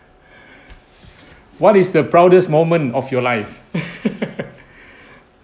what is the proudest moment of your life